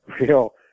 real